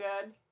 good